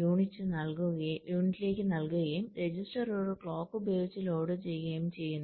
യൂണിറ്റിലേക്ക് നൽകുകയും രജിസ്റ്റർ ഒരു ക്ലോക്ക് ഉപയോഗിച്ച് ലോഡ് ചെയ്യുകയും ചെയ്യുന്നു